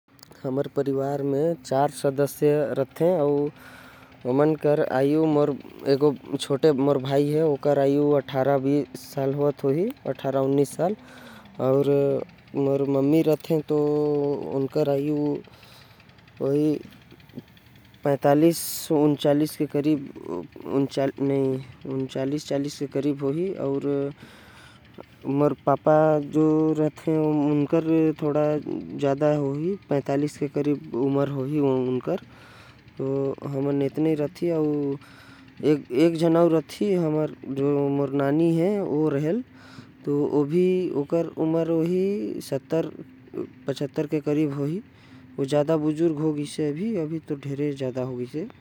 हमन घरे पांच सदस्य रहथि जेमे एक मोर छोटा भाई हवे। जेकर उम्र अट्ठारह उन्नीस साल होही। मोर माँ के उनतीलिस चालीस साल होही। मोर बाप के उम्र पैंतालीस साल होही अउ। मोर नानी के उम्र पछत्तर साल होही।